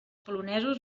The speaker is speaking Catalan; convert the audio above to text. polonesos